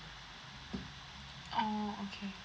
oh okay